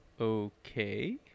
Okay